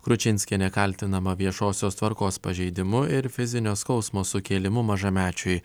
kručinskienė kaltinama viešosios tvarkos pažeidimu ir fizinio skausmo sukėlimu mažamečiui